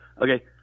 Okay